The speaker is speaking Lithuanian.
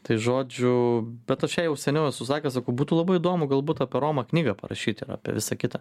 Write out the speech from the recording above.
tai žodžiu bet aš jai jau seniau esu sakęs sakau būtų labai įdomu galbūt apie romą knygą parašyt ir apie visa kita